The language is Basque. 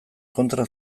kontra